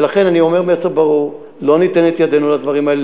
ולכן אני אומר מסר ברור: לא ניתן את ידנו לדברים האלה,